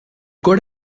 could